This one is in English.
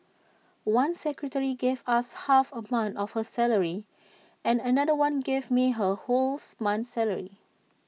one secretary gave us half A month of her salary and another one gave me her wholes month's salary